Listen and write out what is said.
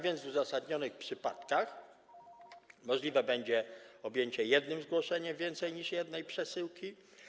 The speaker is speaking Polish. W uzasadnionych przypadkach możliwe będzie objęcie jednym zgłoszeniem więcej niż jednej przesyłki.